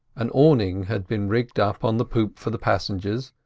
an awning had been rigged up on the poop for the passengers,